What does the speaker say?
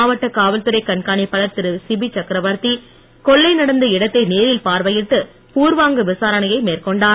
மாவட்ட காவல்துறை கண்காணிப்பாளர் திருகிபி சக்ரவர்த்தி கொள்ளை நடந்த இடத்தை நேரில் பார்வையிட்டு பூர்வாங்க விசாரணையை மேற்கொண்டார்